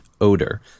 odor